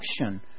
action